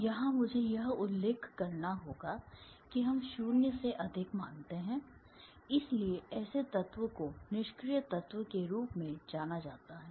तो यहाँ मुझे यह उल्लेख करना होगा कि हम 0 से अधिक मानते हैं इसलिए ऐसे तत्व को निष्क्रिय तत्व के रूप में जाना जाता है